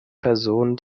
personen